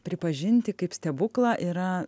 pripažinti kaip stebuklą yra